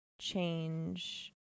change